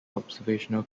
observational